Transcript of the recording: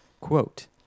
Quote